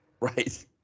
Right